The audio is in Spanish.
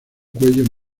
cuello